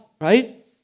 right